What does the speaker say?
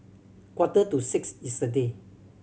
quarter to six yesterday